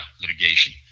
litigation